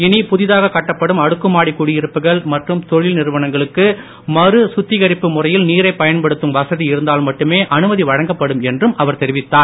இனி புதிதாகக் கட்டப்படும் அடுக்குமாடிக் குடியிருப்புகள் மற்றும் தொழில் நிறுவனங்களுக்கு மறு சுத்திகரிப்பு முறையில் நீரைப் பயன்படுத்தும் வசதி இருந்தால் மட்டுமே அனுமதி வழங்கப்படும் என்று அவர் தெரிவித்தார்